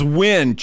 win